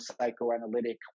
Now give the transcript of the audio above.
psychoanalytic